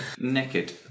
naked